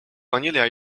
vanilla